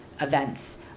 events